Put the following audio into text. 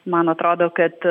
man atrodo kad